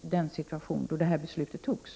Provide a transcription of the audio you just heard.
den situation då detta beslut fattades.